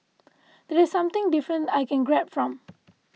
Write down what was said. that's something different I can grab from